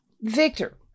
Victor